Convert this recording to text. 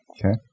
Okay